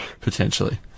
potentially